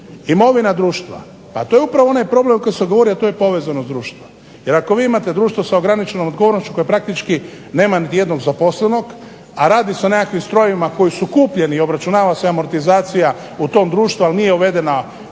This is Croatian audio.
Imovina društva. Pa to je upravo onaj problem o kojem sam govorio, a to je povezanost društva. Jer ako vi imate društvo sa ograničenom odgovornošću koja praktički nema ni jednog zaposlenog, a radi se o nekakvim strojevima koji su kupljeni i obračunava se amortizacija u tom društvu ali nije uvedena